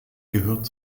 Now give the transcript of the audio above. gehört